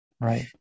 right